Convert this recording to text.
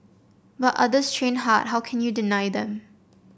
but others train hard how can you deny them